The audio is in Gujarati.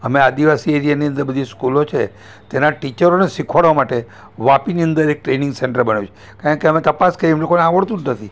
અમે આદિવાસી એરિયાની અંદર બધી સ્કૂલો છે તેના ટીચરોને શીખવાડવા માટે વાપીની અંદર એક ટ્રેનિંગ સેન્ટર બનાવ્યું છે કારણ કે અમે તપાસ કરી એમને કોઈને આવડતું જ નથી